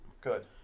good